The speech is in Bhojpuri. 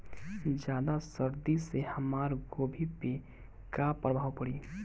ज्यादा सर्दी से हमार गोभी पे का प्रभाव पड़ी?